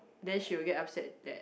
then she will get upset that